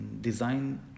design